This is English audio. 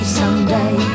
someday